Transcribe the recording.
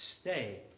stay